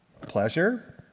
pleasure